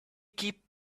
keep